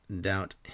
doubt